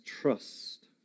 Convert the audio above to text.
trust